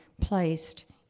placed